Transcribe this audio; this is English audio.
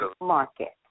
market